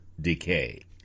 decay